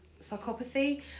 psychopathy